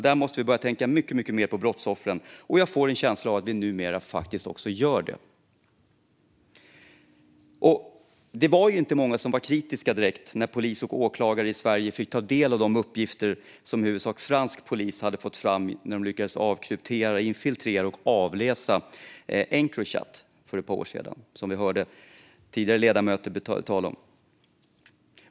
Där måste vi börja tänka mycket mer på brottsoffren, och jag får en känsla av att vi numera också gör det. Det var inte många som direkt var kritiska när polis och åklagare i Sverige fick ta del av de uppgifter som i huvudsak fransk polis hade fått fram när de för ett par år sedan lyckades avkryptera, infiltrera och avläsa Encrochat. Vi har också hört ledamöter tala om detta tidigare.